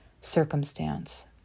circumstance